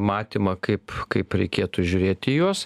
matymą kaip kaip reikėtų žiūrėti į juos